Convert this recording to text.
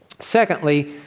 Secondly